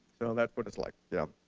so, that's what it's like. yeah